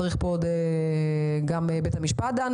גם בית המשפט,